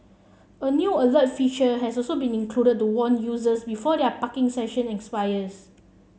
a new alert feature has so been included to warn users before their parking session expires